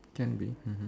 can be mmhmm